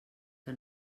que